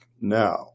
now